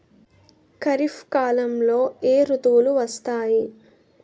ఖరిఫ్ కాలంలో ఏ ఋతువులు వస్తాయి?